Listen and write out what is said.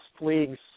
leagues